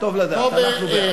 טוב לדעת, אנחנו בעד, מה לעשות.